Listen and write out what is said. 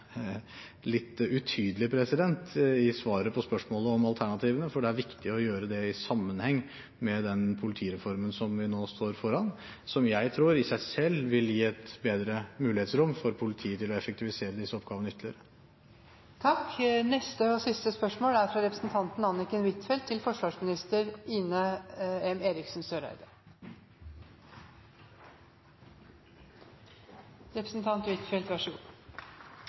litt utydelig i svaret på spørsmålet om alternativene, for det er viktig å gjøre det i sammenheng med den politireformen som vi nå står foran, som jeg tror i seg selv ville gi et bedre mulighetsrom for politiet til å effektivisere disse oppgavene ytterligere.